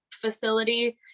facility